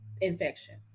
infection